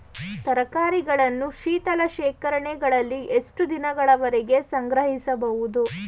ತರಕಾರಿಗಳನ್ನು ಶೀತಲ ಶೇಖರಣೆಗಳಲ್ಲಿ ಎಷ್ಟು ದಿನಗಳವರೆಗೆ ಸಂಗ್ರಹಿಸಬಹುದು?